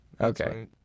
Okay